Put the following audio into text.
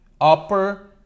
upper